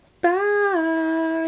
bye